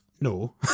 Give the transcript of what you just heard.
No